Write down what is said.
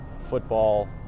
football